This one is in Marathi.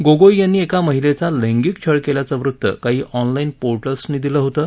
गोगोई यांनी एका महिलेचा लैंगिक छळ केल्याचं वृत्त काही ऑनलाज पोर्टल्सनी दिलं होतं